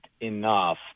enough